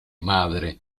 madre